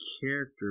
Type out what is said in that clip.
character